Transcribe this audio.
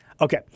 okay